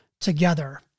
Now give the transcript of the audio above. together